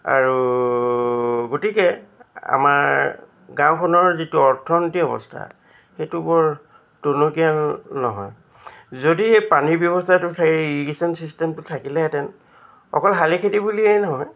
আৰু গতিকে আমাৰ গাঁওখনৰ যিটো অৰ্থনৈতিক অৱস্থা সেইটো বৰ টনকীয়াল নহয় যদি পানীৰ ব্যৱস্থাটো থাকে ইৰিগেশ্যন ছিষ্টেমটো থাকিলেহেঁতেন অকল শালি খেতি বুলিয়েই নহয়